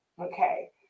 okay